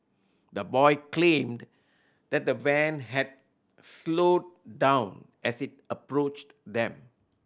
the boy claimed that the van had slowed down as it approached them